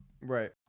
right